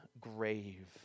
grave